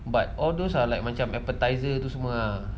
but all those are like macam appetiser tu semua ah